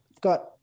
got